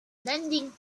landing